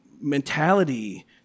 mentality